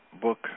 book